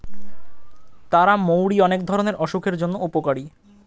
তারা মৌরি অনেক ধরণের অসুখের জন্য উপকারী